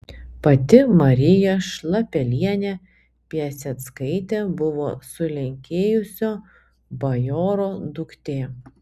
pati marija šlapelienė piaseckaitė buvo sulenkėjusio bajoro duktė